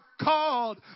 called